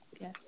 Yes